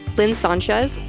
lynn sanchez.